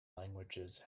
languages